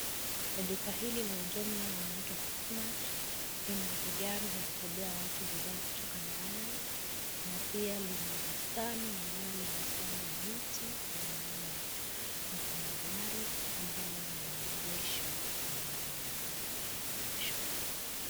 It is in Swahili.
Duka hili la ujumla linaitwa Quickmart, lina vigari vya kubebea watu bidhaa kutoka ndani, na pia lina bustani ambalo limepandwa miti na maua, na kuna gari ambalo limeegesha kwenye maeneo ya maegesho.